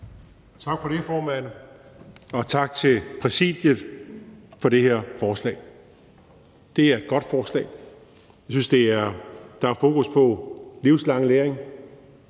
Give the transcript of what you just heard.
Tak for det, formand, og tak til Præsidiet for det her forslag. Det er et godt forslag. Der er fokus på livslang læring,